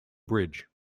bridge